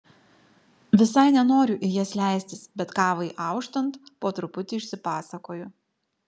visai nenoriu į jas leistis bet kavai auštant po truputį išsipasakoju